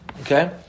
Okay